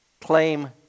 claim